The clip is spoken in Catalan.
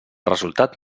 resultat